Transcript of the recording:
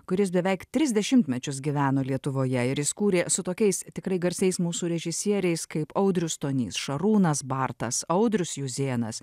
kuris beveik tris dešimtmečius gyveno lietuvoje ir jis kūrė su tokiais tikrai garsiais mūsų režisieriais kaip audrius stonys šarūnas bartas audrius juzėnas